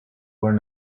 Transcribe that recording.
were